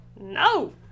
No